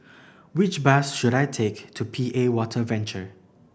which bus should I take to P A Water Venture